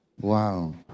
Wow